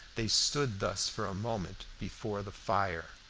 they stood thus for a moment before the fire.